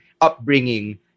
upbringing